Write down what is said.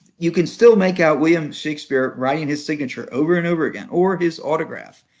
you can still make out william shakespeare writing his signature over and over again, or his autograph,